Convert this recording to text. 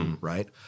Right